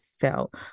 felt